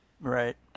Right